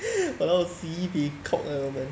ya lor sibei cock uh 我们